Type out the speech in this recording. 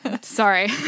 sorry